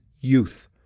youth